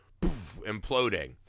imploding